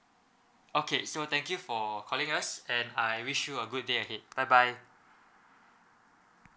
okay so thank you for calling us and I wish you a good day ahead bye bye